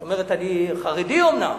זאת אומרת, אני חרדי אומנם,